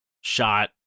shot